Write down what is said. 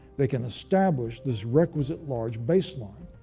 they can establish this requisite large baseline.